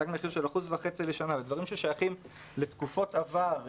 תג מחיר של 1.5% לשנה ודברים ששייכים לתקופות עבר,